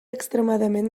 extremadament